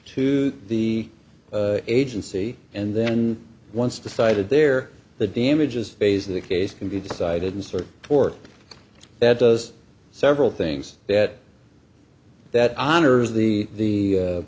to the agency and then once decided there the damages phase of the case can be decided and so forth that does several things that that honors the